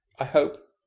i hope,